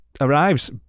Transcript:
arrives